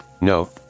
No